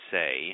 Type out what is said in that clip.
say